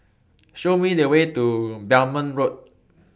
Show Me The Way to Belmont Road